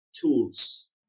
tools